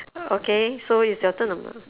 okay so is your turn or mine